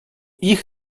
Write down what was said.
ich